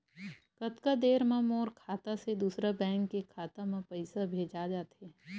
कतका देर मा मोर खाता से दूसरा बैंक के खाता मा पईसा भेजा जाथे?